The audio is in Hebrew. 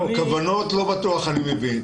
כוונות, לא בטוח שאני מבין.